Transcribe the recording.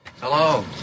Hello